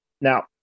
Now